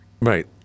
Right